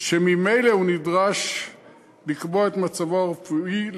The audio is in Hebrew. שממילא הוא נדרש לה כדי לקבוע את מצבו הרפואי,